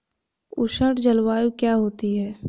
उष्ण जलवायु क्या होती है?